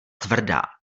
tvrdá